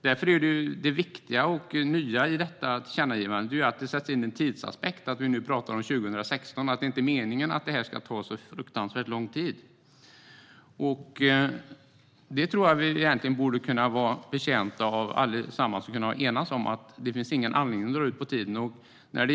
Därför är det viktiga och nya i detta tillkännagivande att det förs in en tidsaspekt, att vi nu pratar om 2016 och att det inte är meningen att det här ska ta så fruktansvärt lång tid. Jag tror egentligen att vi borde kunna vara betjänta av att kunna enas om att det inte finns någon anledning att dra ut på tiden.